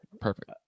Perfect